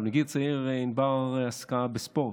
אבל מגיל צעיר ענבר עסקה בספורט,